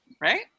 right